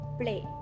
play